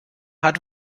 hat